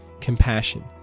compassion